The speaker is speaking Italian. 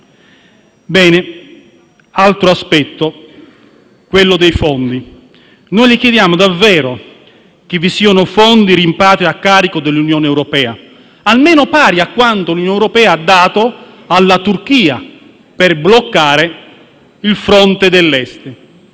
Per quanto riguarda i fondi, noi le chiediamo davvero che vi siano fondi di rimpatrio a carico dell'Unione europea almeno pari a quanto l'Unione europea ha dato alla Turchia per bloccare il fronte dell'est.